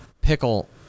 pickle